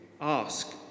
Ask